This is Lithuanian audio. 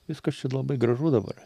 viskas čia labai gražu dabar